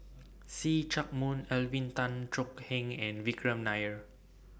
See Chak Mun Alvin Tan Cheong Kheng and Vikram Nair